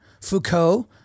Foucault